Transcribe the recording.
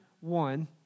one